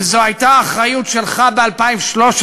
וזו הייתה אחריות שלך ב-2013,